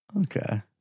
okay